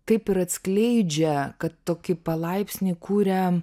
kaip ir atskleidžia kad tokį palaipsnį kuria